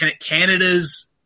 Canada's